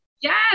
Yes